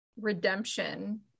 redemption